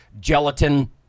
gelatin